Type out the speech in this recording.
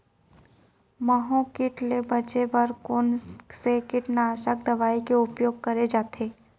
माहो किट ले बचे बर कोन से कीटनाशक दवई के उपयोग करे जाथे?